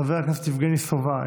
חבר הכנסת יבגני סובה,